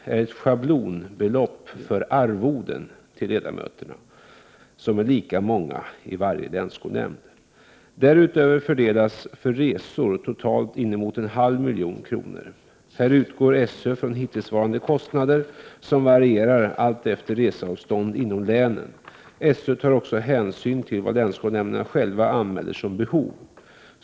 — är ett schablonbelopp för arvoden till ledamöterna, som är lika många i varje länsskolnämnd. Därutöver fördelas för resor totalt inemot en halv miljon kronor. Här utgår SÖ från hittillsvarande kostnader, som varierar alltefter reseavstånd inom länen. SÖ tar också hänsyn till vad länsskolnämnderna själva anmäler som behov.